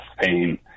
pain